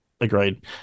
Agreed